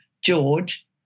George